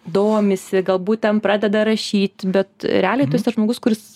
domisi galbūt ten pradeda rašyt bet realiai tu esi tas žmogus kuris